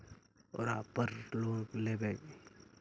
ओरापर लोन लेवै?